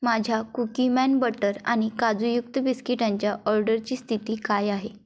माझ्या Cookieman butter आणि काजूयुक्त बिस्किटांच्या ऑर्डरची स्थिती काय आहे